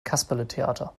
kasperletheater